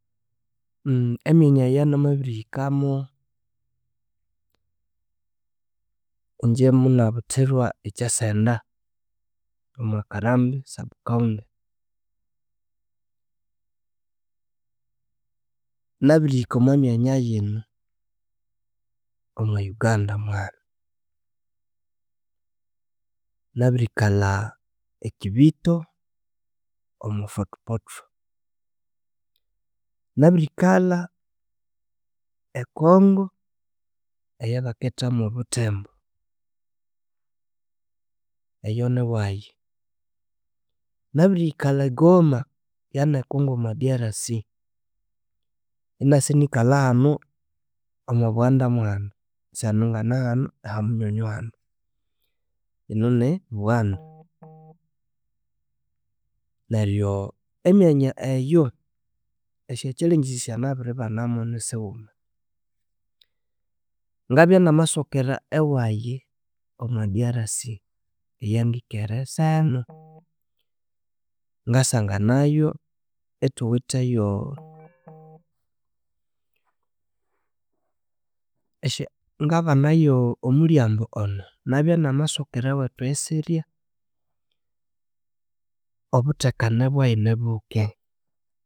emyanya eyanamabihikamu, ingye munabuthirwa ekyasenda omwa karambi Sub- county nabirihika omwe myanya yino omwa Uganda mwahanu nabirikalha Ekibito omu Fortportal, nabirikalha Ekongo eyabakethamu buthembu eyo niwayi, nabiriyikalha engoma yanekongo omwa DRC yinasinikalhahanu mwabughanda mwahanu sehenu nganehanu ahamunyonyi hanu yinunibughanda neryo emyanya eyo esyachallenges syanabiribanamu nisighuma ngabya namasokera ewayi omwa DRC eyangikere senu ngasanganayo yithuwitheyo esya ngabanayo omulyambu ono ngabya namasokera ewethu eyisirya obuthekane bwayo nibuke